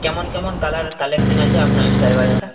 কেমন কেমন colour collection আছে আপনার এই স্টাইল বাজারে